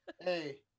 Hey